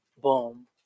Boom